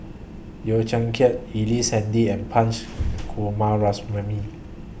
Yeo Kian Chye Ellice Handy and Punch Coomaraswamy